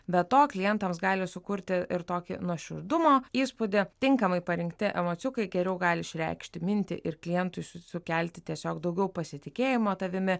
be to klientams gali sukurti ir tokį nuoširdumo įspūdį tinkamai parinkti emociukai geriau gali išreikšti mintį ir klientui sukelti tiesiog daugiau pasitikėjimo tavimi